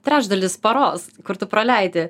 trečdalis paros kur tu praleidi